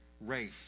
race